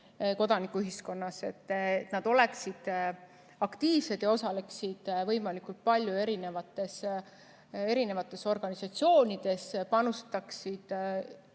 kodanikuühiskonnas, et nad oleksid aktiivsed ja osaleksid võimalikult palju erinevates organisatsioonides ning panustaksid